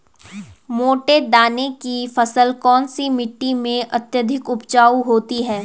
मोटे दाने की फसल कौन सी मिट्टी में अत्यधिक उपजाऊ होती है?